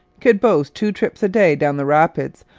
could boast two trips a day down the rapids,